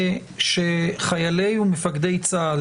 שחיילי ומפקדי צה"ל,